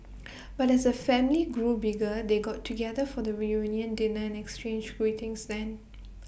but as A family grew bigger they got together for the reunion dinner and exchanged greetings then